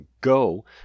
go